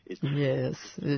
Yes